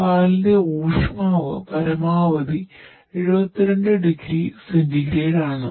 പാലിന്റെ ഊഷ്മാവ് പരമാവധി 72ഡിഗ്രി സെന്റിഗ്രേഡ് ആണ്